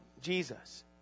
Jesus